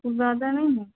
तो ज्यादा नहीं है